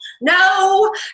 No